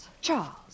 Charles